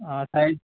অঁ চাৰি